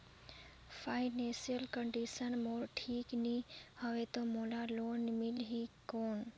Financial condition मोर ठीक नी हवे तो मोला लोन मिल ही कौन??